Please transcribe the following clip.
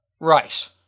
Right